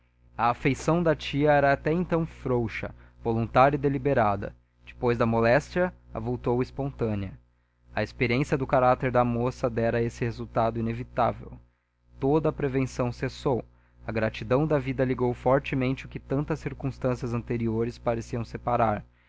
a afeição da tia era até então frouxa voluntária e deliberada depois da moléstia avultou espontânea a experiência do caráter da moça dera esse resultado inevitável toda a prevenção cessou a gratidão da vida ligou fortemente o que tantas circunstâncias anteriores pareciam separar